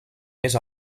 més